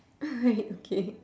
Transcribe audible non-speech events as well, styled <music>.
<laughs> wait okay